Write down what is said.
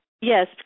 Yes